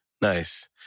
Nice